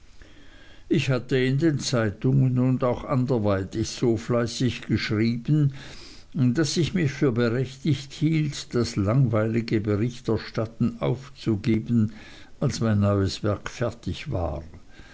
ich hatte in den zeitungen und auch anderweitig so fleißig geschrieben daß ich mich für berechtigt hielt das langweilige berichterstatten aufzugeben als mein neues werk fertig war